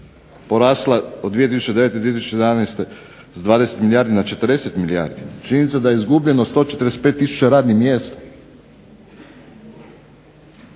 porasla od 2009-2011. s 20 milijardi na 40 milijardi. Činjenica je da je izgubljeno 145 tisuća radnih mjesta.